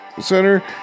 center